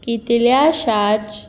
कितल्याश्याच